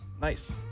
Nice